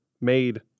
made